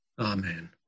Amen